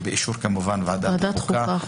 באישור ועדת החוקה,